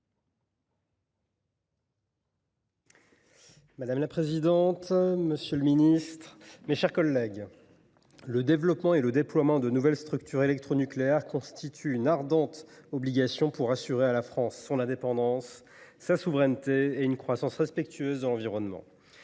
Madame la présidente, monsieur le ministre, mes chers collègues, le développement et le déploiement de nouvelles structures électronucléaires constituent une ardente obligation pour assurer à la France son indépendance, sa souveraineté et une croissance respectueuse de l’environnement.